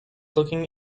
looking